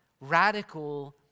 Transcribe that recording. radical